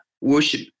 Worship